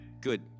Good